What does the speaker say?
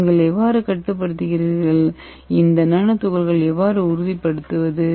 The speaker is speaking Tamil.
நீங்கள் எவ்வாறு கட்டுப்படுத்துகிறீர்கள் இந்த நானோ துகள்களை எவ்வாறு உறுதிப்படுத்துவது